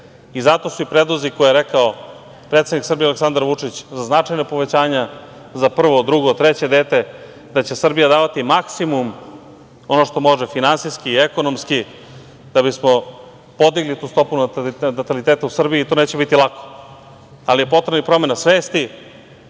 su i predlozi koje je rekao predsednik Srbije Aleksandar Vučić za značajna povećanja za prvo, drugo i treće dete, da će Srbija davati maksimum, ono što može finansijski i ekonomski, da bismo podigli tu stopu nataliteta u Srbiji. To neće biti lako, ali je potrebna i promena svesti